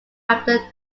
after